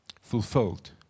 fulfilled